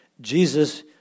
Jesus